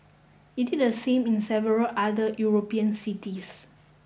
it did the same in several other European cities